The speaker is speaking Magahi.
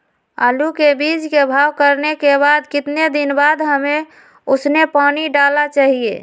आलू के बीज के भाव करने के बाद कितने दिन बाद हमें उसने पानी डाला चाहिए?